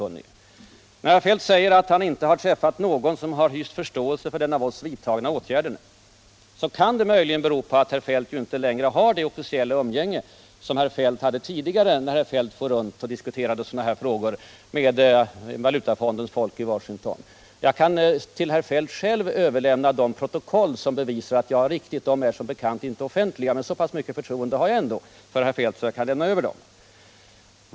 Men när herr Feldt nu säger att han inte har träffat någon som har hyst förståelse för de av den nuvarande regeringen vidtagna åtgärderna, så kan det möjligen bero på att herr Feldt inte längre har det officiella umgänge som herr Feldt hade tidigare, när herr Feldt åkte runt och diskuterade sådana här frågor med Valutafondens folk i Washington. Jag kan till herr Feldt själv överlämna protokoll som bevisar att jag har rätt. De är som bekant visserligen inte offentliga, men så mycket förtroende har jag ändå för herr Feldt att jag kan överlämna dem till honom.